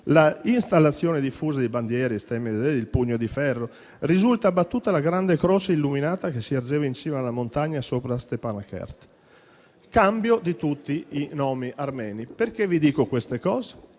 l'installazione diffusa di bandiere e stemmi con il pugno di ferro (risulta abbattuta la grande croce illuminata che si ergeva in cima alla montagna sopra Step'anakert) e il cambio di tutti i nomi armeni. Vi dico queste cose